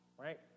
right